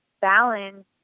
balance